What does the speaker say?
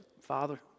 Father